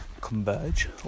converge